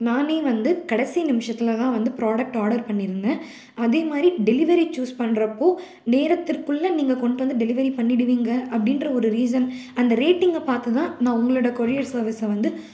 நான் வந்து கடைசி நிமிஷத்தில் தான் வந்து ப்ராடக்ட் ஆர்டர் பண்ணியிருந்தேன் அதே மாதிரி டெலிவரி சூஸ் பண்ணுறப்போ நேரத்திற்குள்ளே நீங்கள் கொண்டுட்டு வந்து டெலிவரி பண்ணிடுவீங்க அப்படின்ற ஒரு ரீசன் அந்த ரேட்டிங்கை பார்த்து தான் நான் உங்களோடய கொரியர் சர்வீஸ் வந்து